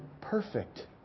perfect